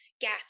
gas